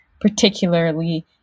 particularly